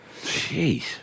Jeez